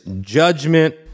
judgment